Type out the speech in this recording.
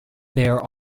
there